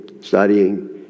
studying